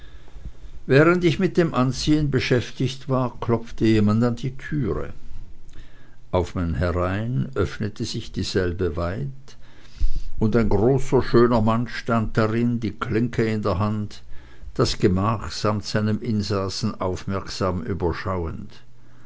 während ich mit dem anziehen beschäftigt war klopfte jemand an der türe auf mein herein öffnete sich dieselbe weit und ein großer schöner mann stand darin die klinke in der hand das gemach samt seinem insassen aufmerksam